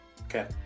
Okay